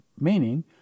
Meaning